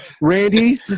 Randy